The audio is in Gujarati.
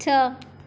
છ